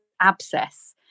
abscess